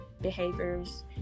behaviors